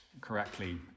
correctly